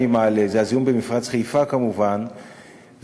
הזיהום במפרץ חיפה כמובן,